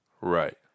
Right